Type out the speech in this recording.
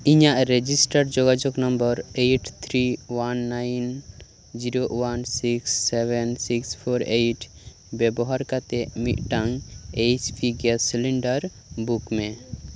ᱤᱧᱟᱜ ᱨᱮᱡᱤᱥᱴᱟᱨ ᱡᱳᱜᱟᱡᱳᱜᱽ number eight three one nine zero one six seven six four eight ᱵᱮᱵᱚᱦᱟᱨ ᱠᱟᱛᱮᱫ ᱢᱤᱫᱴᱟᱝ H P gas cylinder book ᱢᱮ